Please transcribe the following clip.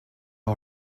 all